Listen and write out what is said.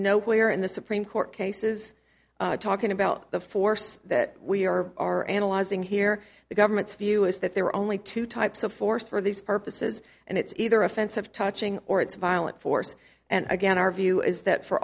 nowhere in the supreme court cases talking about the force that we are are analyzing here the government's view is that there are only two types of force for these purposes and it's either offensive touching or it's violent force and again our view is that for